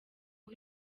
aho